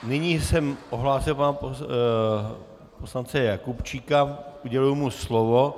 Nyní jsem ohlásil pana poslance Jakubčíka, uděluji mu slovo.